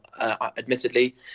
Admittedly